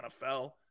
NFL